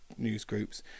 newsgroups